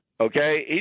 Okay